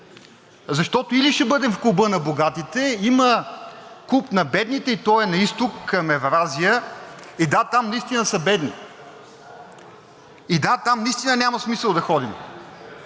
защото или ще бъдем в Клуба на богатите, има Клуб на бедните и той е на изток, към Евразия. Да, там наистина са бедни. Да, там наистина няма смисъл да ходим.